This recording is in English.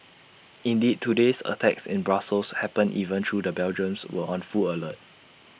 indeed today's attacks in Brussels happened even through the Belgians were on full alert